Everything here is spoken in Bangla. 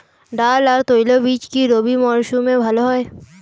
ডাল আর তৈলবীজ কি রবি মরশুমে ভালো হয়?